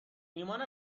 ایمان